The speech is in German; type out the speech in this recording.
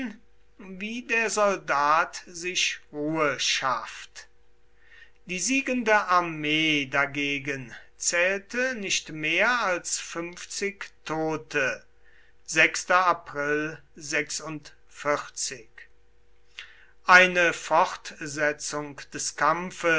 wie der soldat sich ruhe schafft die siegende armee dagegen zählte nicht mehr als fünfzig tote eine fortsetzung des kampfes